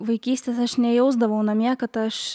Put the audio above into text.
vaikystės aš nejausdavau namie kad aš